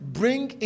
bring